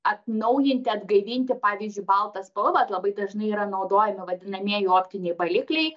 atnaujinti atgaivinti pavyzdžiui baltą spalvą labai dažnai yra naudojami vadinamieji optiniai balikliai